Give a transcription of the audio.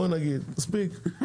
מספיק,